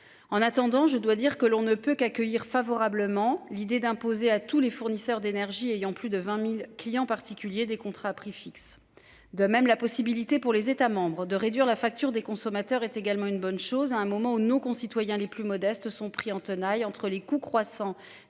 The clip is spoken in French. En attendant, je dois dire que l'on ne peut qu'accueillir favorablement l'idée d'imposer à tous les fournisseurs d'énergie ayant plus de 20.000 clients particuliers des contrats à prix fixe. De même la possibilité pour les États de réduire la facture des consommateurs est également une bonne chose à un moment où nos concitoyens les plus modestes sont pris en tenaille entre les coûts croissants